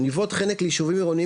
עניבות חנק ליישובים עירוניים,